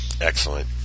Excellent